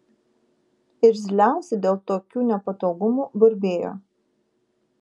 irzliausi dėl tokių nepatogumų burbėjo